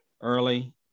early